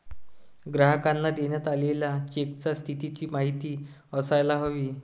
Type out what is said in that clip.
ग्राहकांना देण्यात आलेल्या चेकच्या स्थितीची माहिती असायला हवी